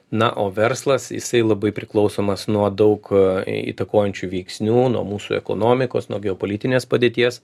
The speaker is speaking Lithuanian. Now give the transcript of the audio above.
na o verslas jisai labai priklausomas nuo daug įtakojančių veiksnių nuo mūsų ekonomikos nuo geopolitinės padėties